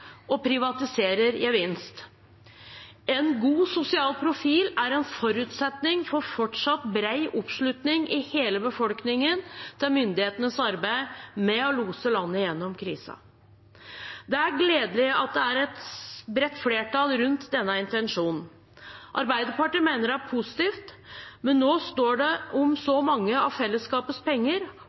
og privatiserer gevinst. En god sosial profil er en forutsetning for fortsatt bred oppslutning i hele befolkningen til myndighetenes arbeid med å lose landet gjennom krisen. Det er gledelig at det er et bredt flertall rundt denne intensjonen. Arbeiderpartiet mener det er positivt, men når det står om så mange av fellesskapets penger,